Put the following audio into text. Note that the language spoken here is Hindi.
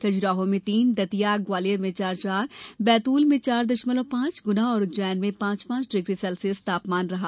खजुराहों में तीन दतिया ग्वालियर में चार चार बैतूल में चार दशमलव पांच गुना और उज्जैन में पांच पांच डिग्री सेल्सियस तापमान रहा